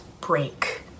break